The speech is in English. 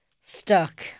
Stuck